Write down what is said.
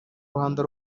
ruhando